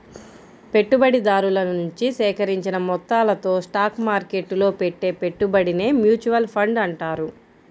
పెట్టుబడిదారుల నుంచి సేకరించిన మొత్తాలతో స్టాక్ మార్కెట్టులో పెట్టే పెట్టుబడినే మ్యూచువల్ ఫండ్ అంటారు